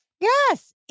Yes